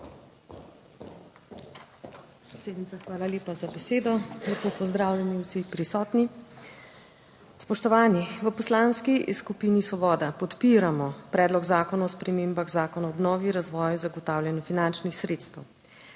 hvala lepa za besedo. Lepo pozdravljeni vsi prisotni. Spoštovani! V Poslanski skupini Svoboda podpiramo Predlog zakona o spremembah Zakona o obnovi, razvoju in zagotavljanju finančnih sredstev.